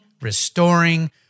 Restoring